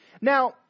Now